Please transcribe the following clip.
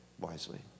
wisely